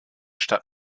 stadt